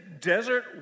desert